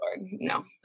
no